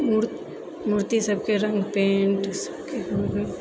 मूर्ति सबके रङ्ग पेन्ट